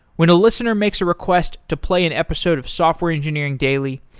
when a listener makes a request to play an episode of software engineering daily,